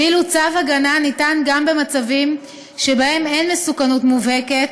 ואילו צו הגנה ניתן גם במצבים שבהם אין מסוכנות מובהקת,